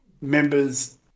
members